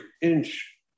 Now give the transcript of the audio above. inch